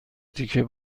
تکه